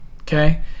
okay